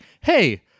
hey